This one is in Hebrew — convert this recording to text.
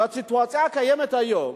בסיטואציה הקיימת היום,